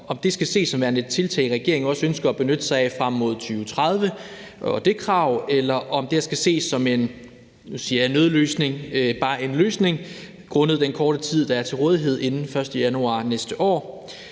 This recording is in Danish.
om det skal ses som værende et tiltag, regeringen også ønsker at benytte sig af frem mod 2030 og det krav, eller om det skal ses som en, nu siger jeg nødløsning, men bare en løsning grundet den korte tid, der er til rådighed inden den 1. januar næste år.